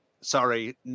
sorry